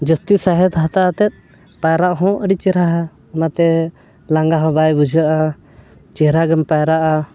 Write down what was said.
ᱡᱟᱹᱥᱛᱤ ᱥᱟᱸᱦᱮᱫ ᱦᱟᱛᱟᱣ ᱠᱟᱛᱮᱫ ᱯᱟᱭᱨᱟᱜ ᱦᱚᱸ ᱟᱹᱰᱤ ᱪᱮᱨᱦᱟᱣᱟ ᱚᱱᱟᱛᱮ ᱞᱟᱸᱜᱟ ᱦᱚᱸ ᱵᱟᱭ ᱵᱩᱡᱷᱟᱹᱜᱼᱟ ᱪᱮᱦᱨᱟᱜᱮᱢ ᱯᱟᱭᱨᱟᱜᱼᱟ